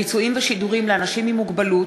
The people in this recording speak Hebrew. ביצועים ושידורים לאנשים עם מוגבלות